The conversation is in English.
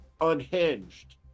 unhinged